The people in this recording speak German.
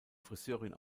friseurin